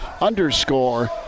underscore